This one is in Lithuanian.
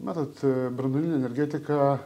matot branduolinė energetika